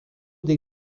des